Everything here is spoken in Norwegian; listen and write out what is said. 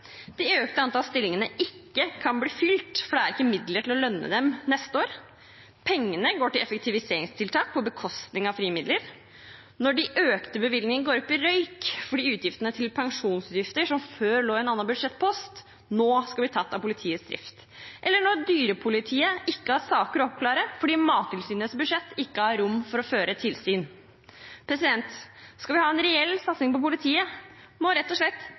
de fleste ansettelsene er i Politidirektoratet, det økte antallet stillinger ikke kan bli fylt fordi det ikke er midler til å lønne dem neste år og pengene går til effektiviseringstiltak på bekostning av frie midler, når de økte bevilgningene går opp i røyk fordi utgiftene til pensjoner, som før lå i en annen budsjettpost, nå skal tas av politiets drift, eller når dyrepolitiet ikke har saker å oppklare fordi Mattilsynets budsjett gjør at det ikke er rom for å føre tilsyn. Skal vi ha en reell satsing på politiet, må rett og slett